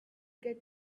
get